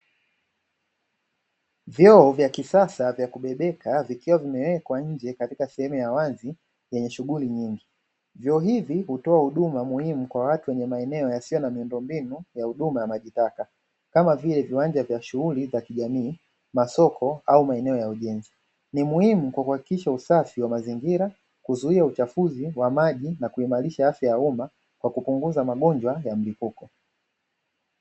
Vyoo vya kisasa vya kubebeka vikiwa vimewekwa nje katika sehemu ya wazi yenye shughuli nyingi, vyoo hivi hutoa huduma muhimu kwa watu wenye maeneo yasiyo na miundombinu ya huduma ya maji taka, kama vile viwanja vya shughuli vya kijamii, masoko au maeneo ya ujenzi ni muhimu kwa kuhakikisha usafi wa mazingira kuzuia uchafuzi wa maji na kuimarisha afya ya umma kwa kupunguza magonjwa ya mlipuko.